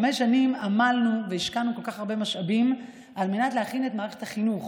חמש שנים עמלנו והשקענו כל כך הרבה משאבים על מנת להכין את מערכת החינוך